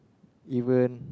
even